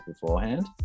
beforehand